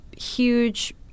huge